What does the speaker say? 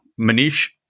Manish